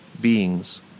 beings